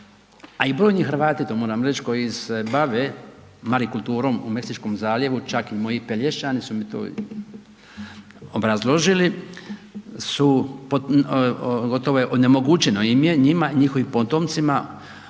a i brojni Hrvati to moram reći koji se bave marikulturom u Meksičkom zaljevu čak i moji Pelješani su mi to obrazloženi su gotovo onemogućeno je njima, njihovim potomcima uzgajanje